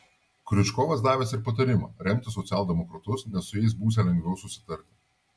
kriučkovas davęs ir patarimą remti socialdemokratus nes su jais būsią lengviau susitarti